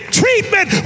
treatment